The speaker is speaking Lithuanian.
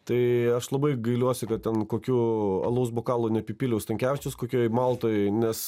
tai aš labai gailiuosi kad ten kokiu alaus bokalu neapipyliau stankevičiaus kokioj maltoj nes